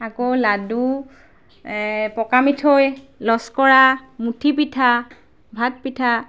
আকৌ লাডু পকা মিঠৈ লসকৰা মুঠি পিঠা ভাত পিঠা